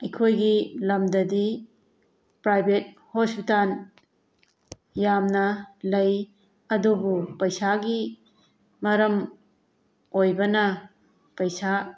ꯑꯩꯈꯣꯏꯒꯤ ꯂꯝꯗꯗꯤ private hospital ꯌꯥꯝꯅ ꯂꯩ ꯑꯗꯨꯕꯨ ꯄꯩꯁꯥꯒꯤ ꯃꯔꯝ ꯑꯣꯏꯕꯅ ꯄꯩꯁꯥ